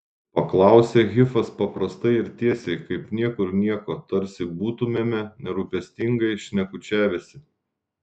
paklausė hifas paprastai ir tiesiai kaip niekur nieko tarsi būtumėme nerūpestingai šnekučiavęsi